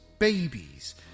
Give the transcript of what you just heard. Babies